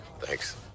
Thanks